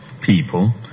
people